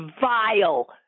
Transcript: vile